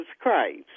Christ